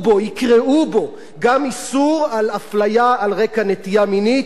גם איסור הפליה על רקע נטייה מינית וזהות מגדר.